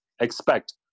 expect